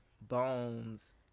bones